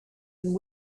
and